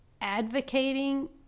advocating